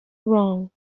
wrong